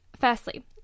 firstly